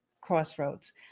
crossroads